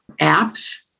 apps